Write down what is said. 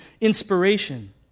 inspiration